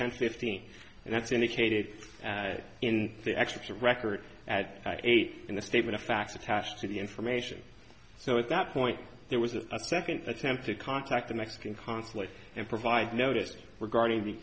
ten fifteen and that's indicated in the excerpts of record at eight in the statement of facts attached to the information so at that point there was a second attempt to contact the mexican consulate and provide notice regarding